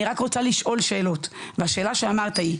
אני רק רוצה לשאול שאלות והשאלה שאמרת היא,